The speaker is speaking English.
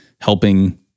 helping